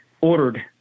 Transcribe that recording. ordered